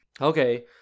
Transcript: Okay